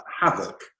havoc